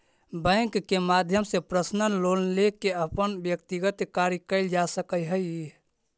bank के माध्यम से पर्सनल लोन लेके अपन व्यक्तिगत कार्य कैल जा सकऽ हइ